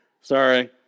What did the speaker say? Sorry